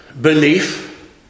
belief